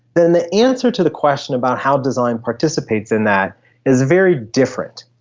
then the answer to the question about how design participates in that is very different.